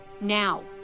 Now